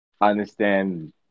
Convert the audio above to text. understand